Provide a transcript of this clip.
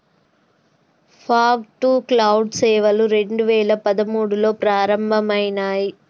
fog to cloud సేవలు రెండు వేల పదమూడులో ప్రారంభమయినాయి